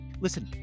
Listen